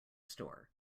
store